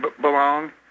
belong